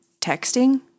texting